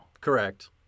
Correct